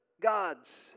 gods